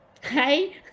hey